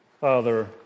Father